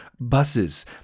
buses